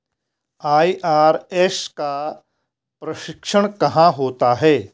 IRS का प्रशिक्षण कहाँ होता है?